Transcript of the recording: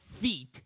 feet